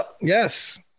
Yes